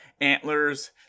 antlers